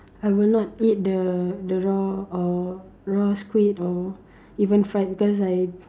I would not eat the the raw uh raw squid or even fried because I